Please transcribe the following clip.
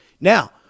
Now